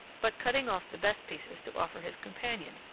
but cutting off the best pieces to offer his companion,